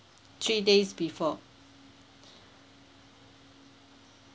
three days before